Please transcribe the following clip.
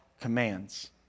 commands